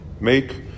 Make